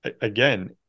again